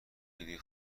دیگه